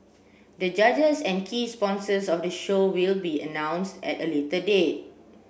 the judges and key sponsors of the show will be announced at a later date